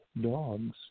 dogs